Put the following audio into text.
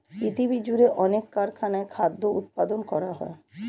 পৃথিবীজুড়ে অনেক কারখানায় খাদ্য উৎপাদন করা হয়